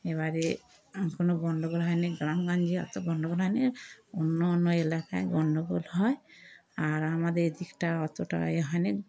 এবারে কোনো গন্ডগোল হয়নি গ্রাম গঞ্জে অতো গন্ডগোল হয়নি অন্য অন্য এলাকায় গন্ডগোল হয় আর আমাদের এদিকটা অতোটা এ হয়নি